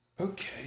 Okay